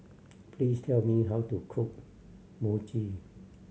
please tell me how to cook Mochi